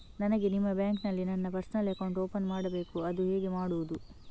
ನನಗೆ ನಿಮ್ಮ ಬ್ಯಾಂಕಿನಲ್ಲಿ ನನ್ನ ಪರ್ಸನಲ್ ಅಕೌಂಟ್ ಓಪನ್ ಮಾಡಬೇಕು ಅದು ಹೇಗೆ ಮಾಡುವುದು?